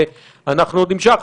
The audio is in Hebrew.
ועוד נמשיך.